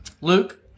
Luke